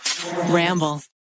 Ramble